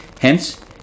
hence